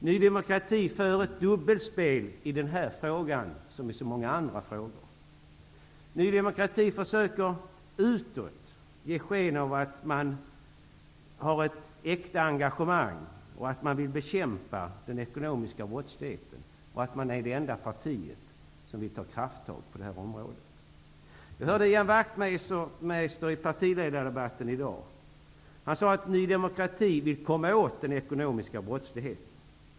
Ny demokrati för ett dubbelspel i denna fråga som i så många andra frågor. Ny demokrati försöker utåt ge sken av att man har ett äkta engagemang, att man vill bekämpa den ekonomiska brottsligheten och att man är det enda partiet som vill ta krafttag på det området. Jag hörde Ian Wachtmeister i partiledardebatten i dag. Han sade att Ny demokrati vill komma åt den ekonomiska brottsligheten.